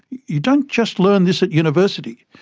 you don't just learn this at university.